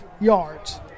yards